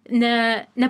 ne ne